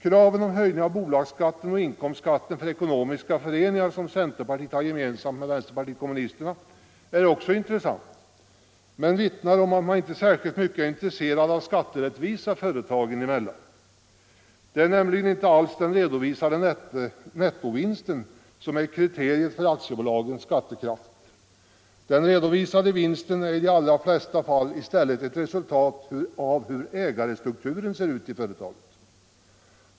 Kraven på höjning av bolagsskatten och inkomstskatten för ekonomiska föreningar, som centerpartiet har gemensamt med vänsterpartiet kommunisterna, är också intressant men vittnar om att man inte särskilt mycket är intresserad av skatterättvisa företagen emellan. Det är nämligen inte alls den redovisade nettovinsten som är kriteriet på aktiebolagens skattekraft. Den redovisade vinsten är i de allra flesta fall i stället ett resultat av hur ägarstrukturen ser ut.